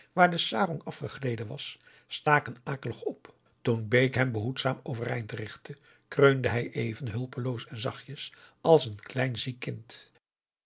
waar de sarong afgegleden was staken akelig op toen bake hem behoedzaam overeind richtte kreunde hij even hulpeloos en zachtjes als een klein